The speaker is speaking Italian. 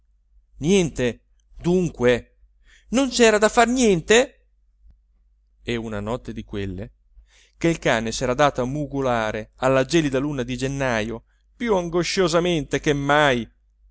niente dunque non c'era da far niente e una notte di quelle che il cane s'era dato a mugolare alla gelida luna di gennajo più angosciosamente che mai